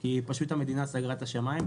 כי פשוט המדינה סגרה את השמיים,